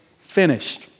finished